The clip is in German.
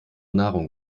nahrung